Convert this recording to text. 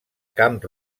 camp